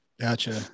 Gotcha